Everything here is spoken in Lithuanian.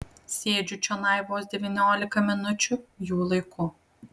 sėdžiu čionai vos devyniolika minučių jų laiku